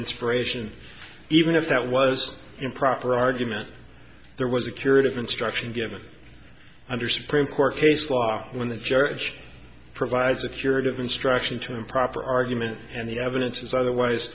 inspiration even if that was improper argument there was a curative instruction given under supreme court case law when the judge provides a curative instruction to improper argument and the evidence is otherwise